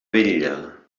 vetlla